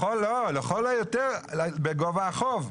לכל היותר בגובה החוב,